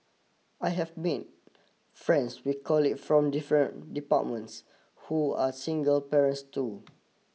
I have made friends with colleague from different departments who are single parents too